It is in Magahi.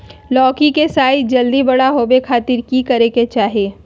लौकी के साइज जल्दी बड़ा होबे खातिर की करे के चाही?